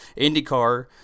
IndyCar